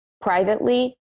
privately